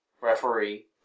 referee